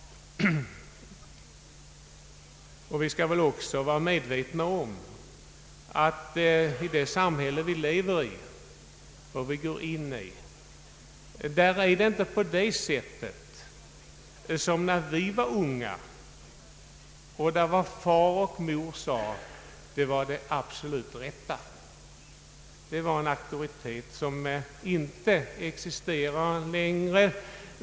Vi skall också vara medvetna om att det, i det samhälle som vi lever i och går in i, inte är såsom det var när vi var unga. Då var det som mor och far sade det absolut rätta. Föräldrarna var en auktoritet, som inte existerar längre.